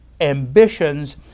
ambitions